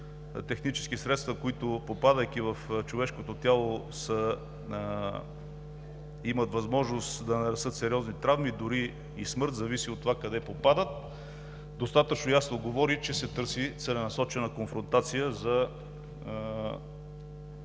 пиротехнически средства, които, попадайки в човешкото тяло, имат възможност да нанесат сериозни травми дори и смърт – зависи от това къде попадат, достатъчно ясно говори, че се търси целенасочена конфронтация за